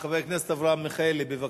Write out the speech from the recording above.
חבר הכנסת אברהם מיכאלי, בבקשה.